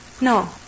No